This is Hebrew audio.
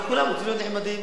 כי כולם רוצים להיות נחמדים